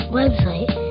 website